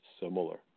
similar